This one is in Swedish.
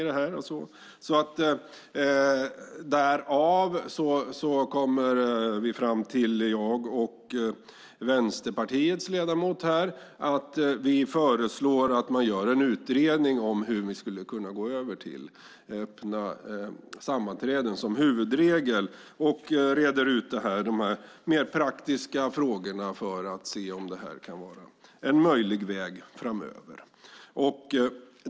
Därför kommer jag och Vänsterpartiets ledamot här fram till att vi föreslår att man gör en utredning om hur vi skulle kunna gå över till öppna sammanträden som huvudregel och att man reder ut de mer praktiska frågorna för att se om detta kan vara en möjlig väg framöver.